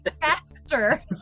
faster